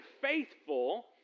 faithful